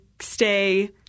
stay